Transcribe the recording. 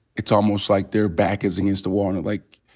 it's almost like their back is against the wall. and, like,